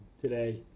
today